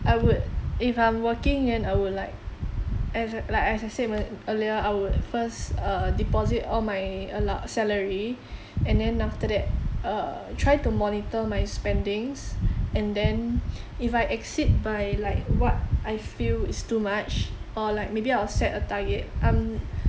I would if I'm working then I would like as a like as I say me~ earlier I would first uh deposit all my allo~ salary and then after that err try to monitor my spendings and then if I exceed by like what I feel is too much or like maybe I'll set a target um